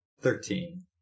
Thirteen